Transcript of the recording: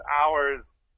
hours